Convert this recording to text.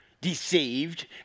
deceived